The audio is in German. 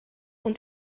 und